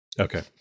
Okay